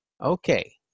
Okay